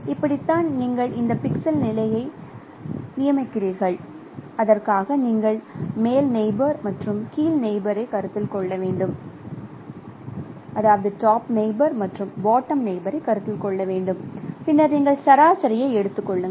இப்படித்தான் நீங்கள் இந்த பிக்சல் நிலைகளை நியமிக்கிறீர்கள் அதற்காக நீங்கள் மேல் நெயிபோர் மற்றும் கீழ் நெயிபோரைக் கருத்தில் கொள்ள வேண்டும் பின்னர் நீங்கள் சராசரியை எடுத்துக் கொள்ளுங்கள்